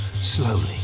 slowly